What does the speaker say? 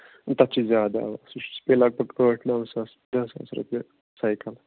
تَتھ چھُ زیادٕ سُہ چھُ بیٚیہِ لگ بگ ٲٹھ نو ساس دہ ساس رۄپیہِ سایکَل